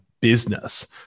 Business